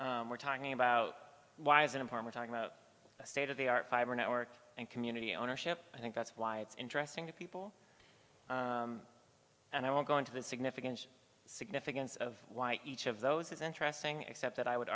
this we're talking about why isn't a partner talking about the state of the art fiber network and community ownership i think that's why it's interesting to people and i won't go into the significance significance of why each of those is interesting except that i would